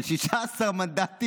על 16 מנדטים.